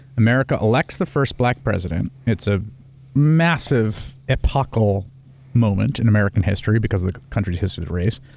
america elects the first black president. it's a massive, epochal moment in american history because of the country's history with race.